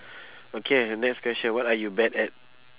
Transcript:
okay next question what are you bad at